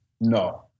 No